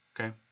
okay